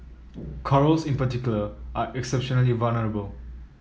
corals in particular are exceptionally vulnerable